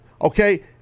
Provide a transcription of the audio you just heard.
okay